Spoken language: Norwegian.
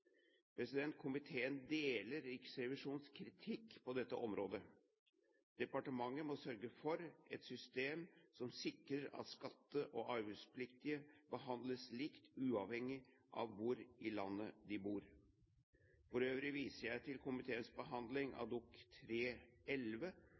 Komiteen deler Riksrevisjonens kritikk på dette området. Departementet må sørge for et system som sikrer at skatte- og avgiftspliktige behandles likt, uavhengig av hvor i landet de bor. For øvrig viser jeg til komiteens behandling